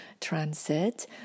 transit